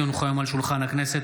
כי הונחו היום על שולחן הכנסת,